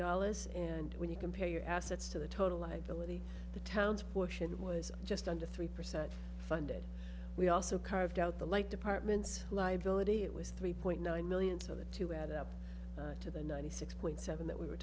dollars and when you compare your assets to the total liability the town's portion was just under three percent funded we also carved out the like department's liability it was three point nine million so the two add up to the ninety six point seven that we were